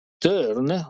turn